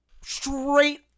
Straight